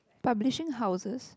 publication houses